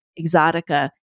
Exotica